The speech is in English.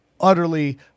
utterly